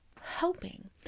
Hoping